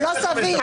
זה לא סביר.